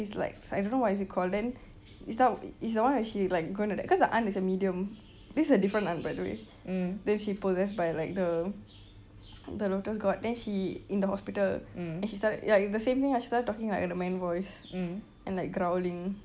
it's like I don't know what is it called but then is some is the one that she like cause the aunt is like a medium this is a different aunt by the way then she possess by like the the lotus god then she in the hospital and she started like ya the same thing ah she started talking like in a man voice and like growling